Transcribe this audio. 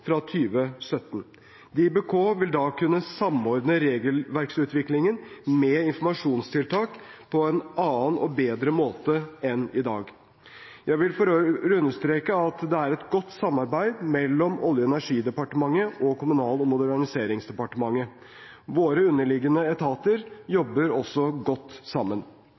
fra 2017. DiBK vil da kunne samordne regelverksutvikling med informasjonstiltak på en annen og bedre måte enn i dag. Jeg vil for øvrig understreke at det er et godt samarbeid mellom Olje- og energidepartementet og Kommunal- og moderniseringsdepartementet. Våre underliggende etater jobber også godt sammen.